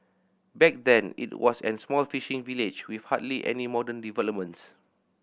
back then it was an small fishing village with hardly any modern developments